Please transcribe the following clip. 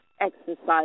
exercise